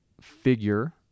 figure